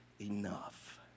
enough